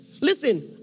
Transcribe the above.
Listen